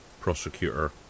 prosecutor